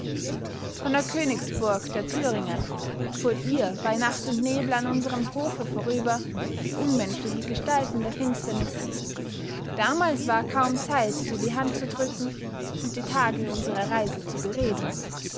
von der königsburg der thüringe fuhrt ihr bei nacht und nebel an unserem hofe vorüber wie unmenschliche gestalten der finsternis damals war kaum zeit dir die hand zu drücken und die tage unserer reise zu bereden